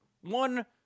One